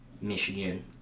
Michigan